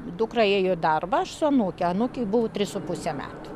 dukra ėjo į darbą aš su anūke anūkei buvau trys su puse metų